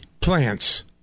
plants